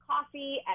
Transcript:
coffee